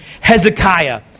Hezekiah